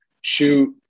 shoot